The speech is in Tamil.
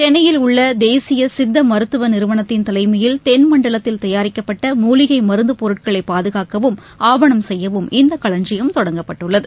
சென்னையில் உள்ள தேசிய சித்தமருத்துவ நிறுவனத்தின் தலைமையில் தென்மண்டலத்தில் தயாரிக்கப்பட்ட மூலிகை மருந்து பொருட்களை பாதுகாக்கவும் ஆவணம் செய்யவும் இந்த களஞ்சியம் தொடங்கப்பட்டுள்ளது